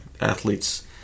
athletes